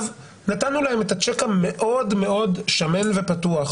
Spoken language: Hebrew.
נתנו להם את הצ'ק המאוד-מאוד שמן ופתוח